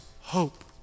hope